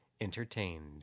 entertained